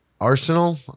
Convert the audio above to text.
Arsenal